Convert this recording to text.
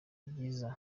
byiza